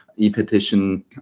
E-petition